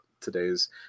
today's